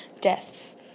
deaths